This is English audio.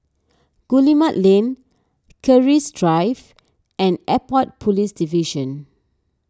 Guillemard Lane Keris Drive and Airport Police Division